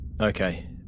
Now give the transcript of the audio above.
Okay